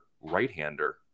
right-hander